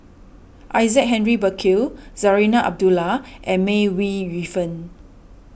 Isaac Henry Burkill Zarinah Abdullah and May Ooi Yu Fen